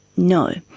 no.